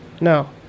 no